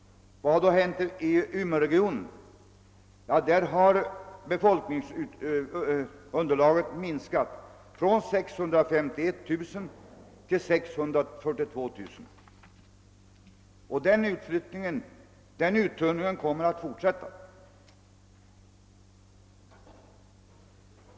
Vad har då hänt i Umeåregionen? Jo, där har befolkningsunderlaget minskat från 651 000 till 642 000, och den uttunningen kommer att fortsätta.